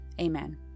amen